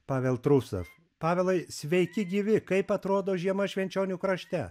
pavel trusas pavelai sveiki gyvi kaip atrodo žiema švenčionių krašte